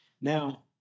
Now